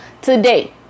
today